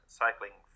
cycling